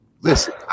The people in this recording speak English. listen